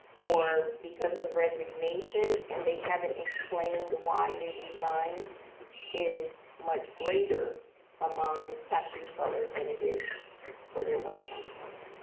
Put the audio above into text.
or because of resignation and they haven't explained why they resigned is much greater among faculty of color than it is for their white counterparts.